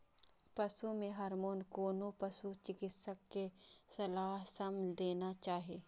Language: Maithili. पशु मे हार्मोन कोनो पशु चिकित्सक के सलाह सं देना चाही